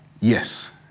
Yes